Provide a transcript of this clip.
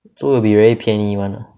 so will be very 便宜 [one] ah